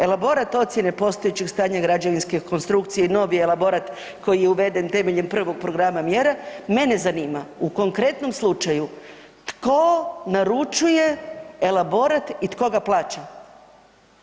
Elaborat ocjene postojećeg stanja građevinske konstrukcije, novi elaborat koji je uveden temeljem prvog programa mjera, mene zanima u konkretnom slučaju, tko naručuje elaborat i tko ga plaća?